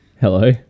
hello